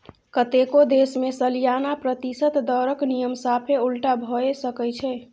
कतेको देश मे सलियाना प्रतिशत दरक नियम साफे उलटा भए सकै छै